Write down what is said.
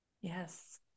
yes